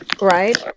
right